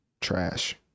trash